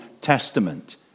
Testament